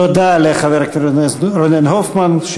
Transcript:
תודה לחבר הכנסת רונן הופמן,